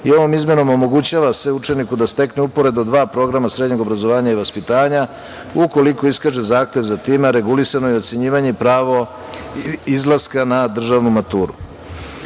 i ovom izmenom omogućava se učeniku da stekne uporedo dva programa srednjeg obrazovanja i vaspitanja, ukoliko iskaže zahtev za time, a regulisano je ocenjivanje i pravo izlaska na državnu maturu. Treći